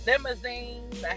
Limousines